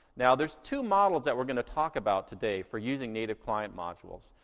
now, there's two models that we're gonna talk about today for using native client modules.